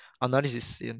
analysis